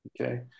Okay